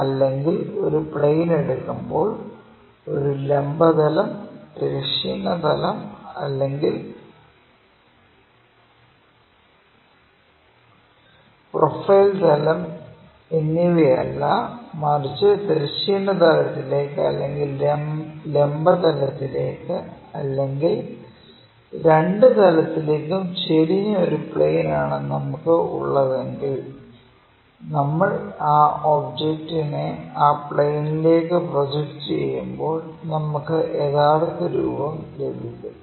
അതിനാൽ ഒരു പ്ലെയിൻ എടുക്കുമ്പോൾ ഒരു ലംബ തലം തിരശ്ചീന തലം അല്ലെങ്കിൽ പ്രൊഫൈൽ തലം എന്നിവയല്ല മറിച്ച് തിരശ്ചീന തലത്തിലേക്കു അല്ലെങ്കിൽ ലംബ തലത്തിലേക്കു അല്ലെങ്കിൽ രണ്ടു തലത്തിലേക്കും ചരിഞ്ഞ ഒരു പ്ലെയിൻ ആണ് നമുക്ക് ഉള്ളതെങ്കിൽ നമ്മൾ ആ ഒബ്ജെക്ടിനെ ആ പ്ലെയിനിലേക്കു പ്രൊജക്റ്റ് ചെയ്യുമ്പോൾ നമുക്ക് യഥാർത്ഥ രൂപം ലഭിച്ചേക്കാം